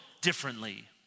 differently